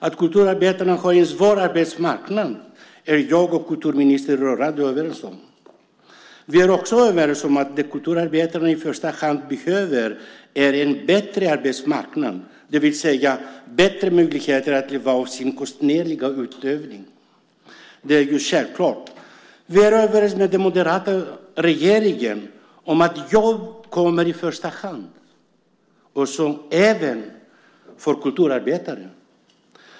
Att kulturarbetarna har en svår arbetsmarknad är jag och kulturministern rörande överens om. Vi är också överens om att det kulturarbetarna i första hand behöver är en bättre arbetsmarknad, det vill säga bättre möjligheter att leva av sin konstnärliga utövning. Det är ju självklart! Vi är överens med den moderata regeringen om att jobb kommer i första hand, och så även för kulturarbetare.